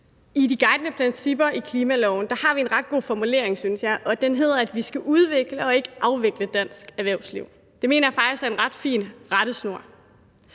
I de guidende principper i klimaloven er der en ret god formulering, synes jeg, og den lyder, at vi skal udvikle og ikke afvikle dansk erhvervsliv. Det mener jeg faktisk er en ret fin rettesnor.